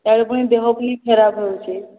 ଇଆଡ଼େ ପୁଣି ଦେହ ବି ଖରାପ ରହୁଛି